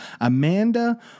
Amanda